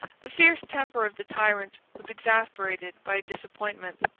the fierce temper of the tyrant was exasperated by disappointments,